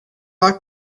talk